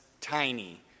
tiny